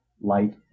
light